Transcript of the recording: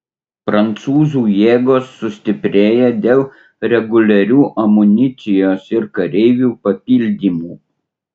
prancūzų jėgos sustiprėja dėl reguliarių amunicijos ir kareivių papildymų